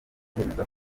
kwemeza